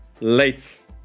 late